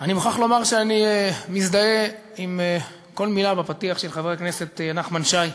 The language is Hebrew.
אני מוכרח לומר שאני מזדהה עם כל מילה בפתיח של חבר הכנסת נחמן שי.